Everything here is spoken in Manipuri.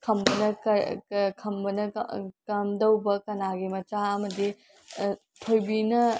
ꯈꯝꯕꯅ ꯈꯟꯕꯅ ꯀꯝꯗꯧꯕ ꯀꯅꯥꯒꯤ ꯃꯆꯥ ꯑꯃꯗꯤ ꯊꯣꯏꯕꯤꯅ